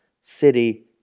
city